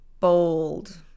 bold